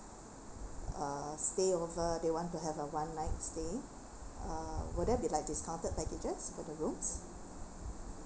uh stay over they want to have a one night stay uh will they be like discounted packages for the room